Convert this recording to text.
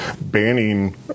banning